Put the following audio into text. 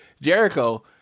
Jericho